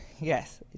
Yes